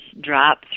drop